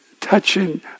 touching